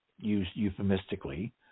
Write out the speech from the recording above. euphemistically